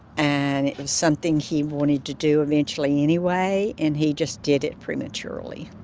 and something he wanted to do eventually anyway, and he just did it prematurely